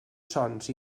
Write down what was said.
sons